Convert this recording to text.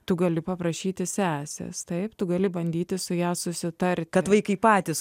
tu gali paprašyti sesės taip tu gali bandyti su ja susitarti kad vaikai patys